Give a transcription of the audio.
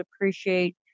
appreciate